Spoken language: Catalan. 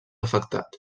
afectat